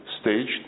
staged